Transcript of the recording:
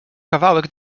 kawałek